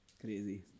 Crazy